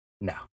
No